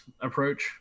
approach